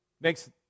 makes